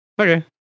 Okay